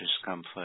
discomfort